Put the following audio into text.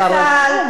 אתה רשום,